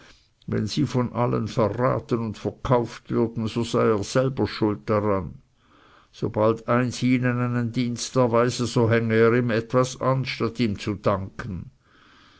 wenn sie von allen verraten und verkauft würden so sei er selbst schuld daran sobald eins ihnen einen dienst erweise so hänge er ihm etwas an statt ihm zu danken